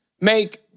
make